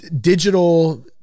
digital